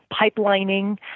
pipelining